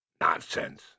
Nonsense